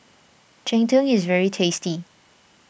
Cheng Tng is very tasty